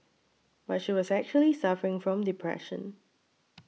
but she was actually suffering from depression